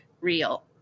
real